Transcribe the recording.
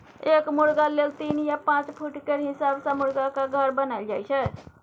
एक मुरगा लेल तीन या पाँच फुट केर हिसाब सँ मुरगाक घर बनाएल जाइ छै